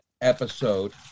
episode